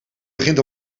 begint